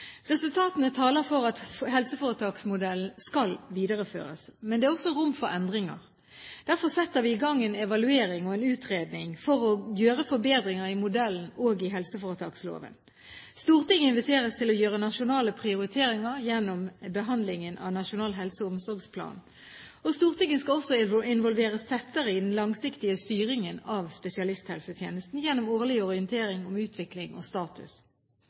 Resultatene taler for at helseforetaksmodellen skal videreføres. Men det er også rom for endringer. Derfor setter vi i gang en evaluering og en utredning for å gjøre forbedringer i modellen og i helseforetaksloven. Stortinget inviteres til å gjøre nasjonale prioriteringer gjennom behandlingen av Nasjonal helse- og omsorgsplan. Stortinget skal også involveres tettere i den langsiktige styringen av spesialisthelsetjenesten gjennom årlig orientering om utvikling og status.